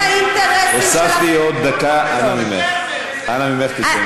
הוספתי עוד דקה, אנא ממך, תסיימי.